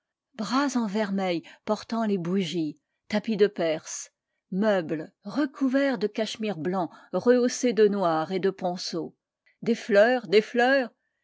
bras en vermeil portant les bougies tapis de perse meubles recou verts de cachemire blanc rehaussés de noir et deponceau des fleurs des fleurs